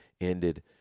ended